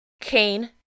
Cain